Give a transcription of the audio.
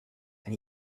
and